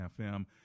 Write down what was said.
FM